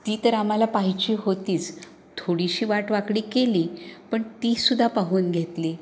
ती तर आम्हाला पाहिजे होतीच थोडीशी वाटवाकडी केली पण ती सुद्धा पाहून घेतली